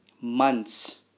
Months